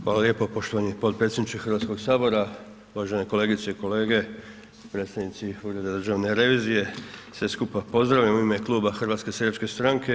Hvala lijepa poštovani potpredsjedniče Hrvatskoga sabora, uvažene kolegice i kolege, predstavnici Ureda državne revizije, sve skupa pozdravljam u ime kluba HSS-a.